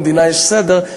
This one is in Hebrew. במדינה יש סדר,